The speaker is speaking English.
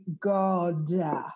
God